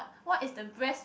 what is the best